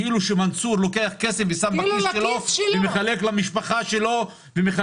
כאילו שמנסור לוקח כסף ושם בכיס שלו ומחלק למשפחה שלו.